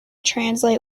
translate